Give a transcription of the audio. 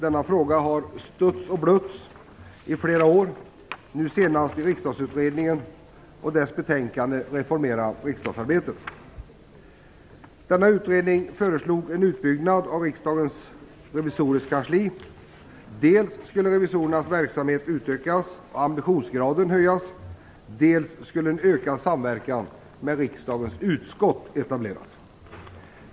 Denna fråga har stötts och blötts under flera år, nu senast i Riksdagsutredningen och dess betänkande Reformera riksdagsarbetet. Denna utredning föreslog en utbyggnad av Riksdagens revisorers kansli. Dels skulle revisorernas verksamhet utökas och ambitionsgraden höjas, dels skulle en ökad samverkan med riksdagens utskott etableras.